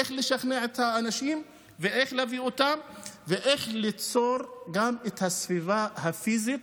איך לשכנע את האנשים ואיך להביא אותם ואיך ליצור את הסביבה הפיזית.